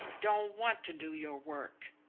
don't want to do your work.